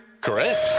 Correct